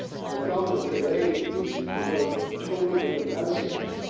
and the problem with today is we have a totally different landscape.